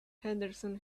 henderson